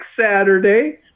Saturday